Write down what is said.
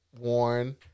worn